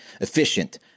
efficient